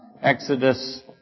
Exodus